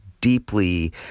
deeply